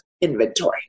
inventory